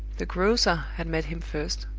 the grocer had met him first,